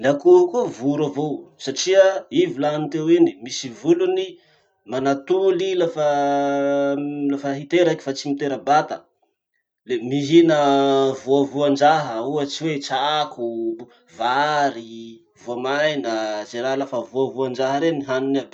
Ny akoho koa voro avao satria, i volany teo iny, misy volony, manatoly i lafa lafa hiteraky fa tsy mitera-bata, le mihina voavoan-draha. Ohatsy hoe tsako, vary, voamaina, ze raha lafa voavoandraha reny haniny iaby.